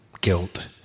guilt